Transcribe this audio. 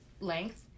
length